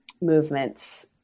movements